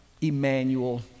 Emmanuel